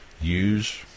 use